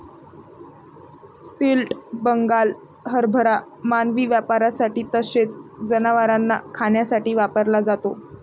split Bengal हरभरा मानवी वापरासाठी तसेच जनावरांना खाण्यासाठी वापरला जातो